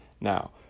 Now